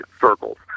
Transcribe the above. circles